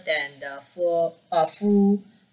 than the four uh full